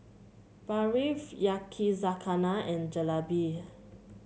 Barfi Yakizakana and Jalebi